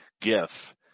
gif